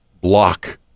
block